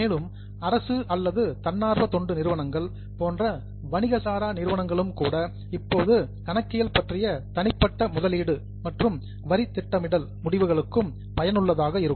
மேலும் அரசு அல்லது தன்னார்வ தொண்டு நிறுவனங்கள் போன்ற வணிக சாரா நிறுவனங்களுக்கும் கூட இப்போது கணக்கியல் பற்றிய தனிப்பட்ட முதலீடு மற்றும் வரி திட்டமிடல் முடிவுகளுக்கும் பயனுள்ளதாக இருக்கும்